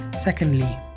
secondly